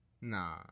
Nah